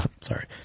sorry